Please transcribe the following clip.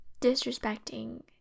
disrespecting